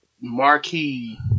marquee